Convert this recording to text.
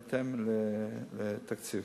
בהתאם לתקציב.